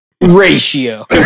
Ratio